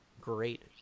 great